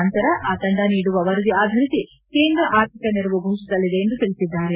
ನಂತರ ಆ ತಂಡ ನೀಡುವ ವರದಿ ಆಧರಿಸಿ ಕೇಂದ್ರ ಆರ್ಥಿಕ ನೆರವು ಘೋಷಿಸಲಿದೆ ಎಂದು ತಿಳಿಸಿದ್ದಾರೆ